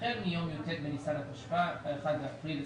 החל מיום י"ט בניסן התשפ"א (1 באפריל 2021)